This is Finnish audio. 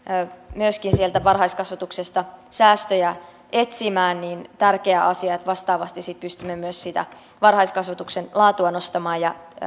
myöskin sieltä varhaiskasvatuksesta säästöjä etsimään tärkeä asia että vastaavasti sitten pystymme myös sitä varhaiskasvatuksen laatua nostamaan ja